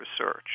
research